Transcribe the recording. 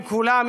עם כולם,